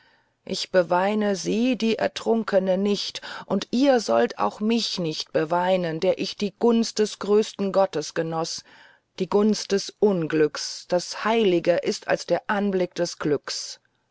ich beweine sie die ertrunkene nicht und ihr sollt auch mich nicht beweinen der ich die gunst des größten gottes genoß die gunst des unglücks das heiliger ist als der augenblick des glückes